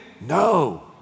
No